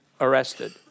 arrested